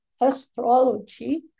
astrology